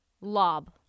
lob